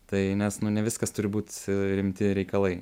tai nes nu ne viskas turi būti rimti reikalai